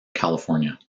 california